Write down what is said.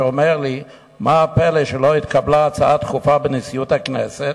שאומר לי: מה הפלא שלא התקבלה הצעה דחופה בנשיאות הכנסת?